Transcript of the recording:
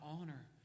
honor